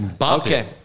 Okay